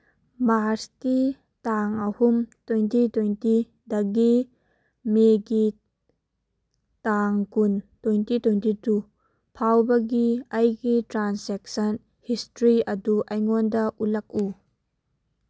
ꯃꯥꯔꯁꯀꯤ ꯇꯥꯡ ꯑꯍꯨꯝ ꯇ꯭ꯋꯦꯟꯇꯤ ꯇ꯭ꯋꯦꯟꯇꯤꯗꯒꯤ ꯃꯦꯒꯤ ꯇꯥꯡ ꯀꯨꯟ ꯇ꯭ꯋꯦꯟꯇꯤ ꯇ꯭ꯋꯦꯟꯇꯤ ꯇꯨ ꯐꯥꯎꯕꯒꯤ ꯑꯩꯒꯤ ꯇ꯭ꯔꯥꯟꯁꯦꯛꯁꯟ ꯍꯤꯁꯇ꯭ꯔꯤ ꯑꯗꯨ ꯑꯩꯉꯣꯟꯗ ꯎꯠꯂꯛꯎ